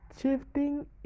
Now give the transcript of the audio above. shifting